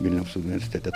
vilniaus universitete